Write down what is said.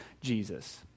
Jesus